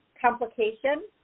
complication